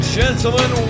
gentlemen